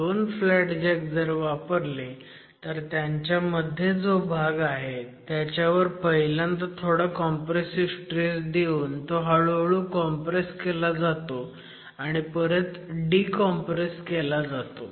दोन flat jack वापरले तर त्यांच्यामध्ये जो भाग आहे त्याच्यावर पहिल्यांदा थोडा कॉम्प्रेसिव्ह स्ट्रेस देऊन तो हळू हळू कॉम्प्रेस केला जातो आणि परत डी कॉम्प्रेस केला जातो